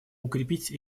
укрепить